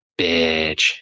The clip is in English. bitch